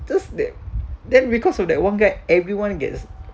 just that then because of that one guy everyone gets